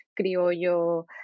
criollo